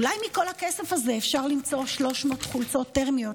אולי מכל הכסף הזה אפשר למצוא 300 חולצות תרמיות